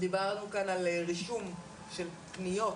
דיברנו כאן על רישום של פניות,